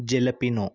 jalapeno